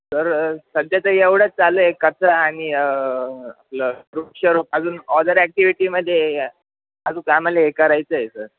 sir सध्या तर एवढंच चालू आहे कचरा आणि आपलं वृक्षारोपण अजून ऑदर ॲक्टिव्हिटीमध्ये अजून कामाला हे करायचं आहे सर